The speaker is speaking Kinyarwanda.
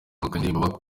indirimbo